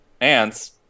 ants